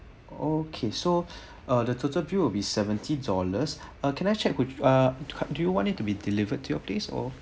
okay so uh the total bill will be seventy dollars uh can I check with uh do you want it to be delivered to your place or